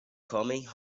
coming